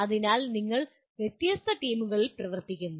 അതിനാൽ നിങ്ങൾ വ്യത്യസ്ത ടീമുകളിൽ പ്രവർത്തിക്കുന്നു